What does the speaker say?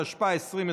התשפ"א 2021,